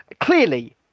Clearly